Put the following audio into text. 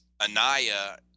Anaya